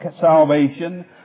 salvation